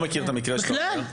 בכלל?